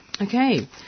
Okay